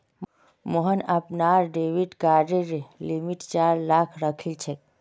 मोहन अपनार डेबिट कार्डेर लिमिट चार लाख राखिलछेक